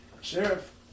Sheriff